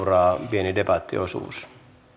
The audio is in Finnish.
pieni debattiosuus